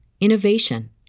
innovation